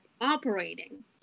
operating